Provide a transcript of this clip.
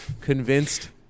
convinced